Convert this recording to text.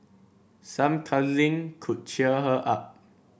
some cuddling could cheer her up